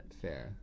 Fair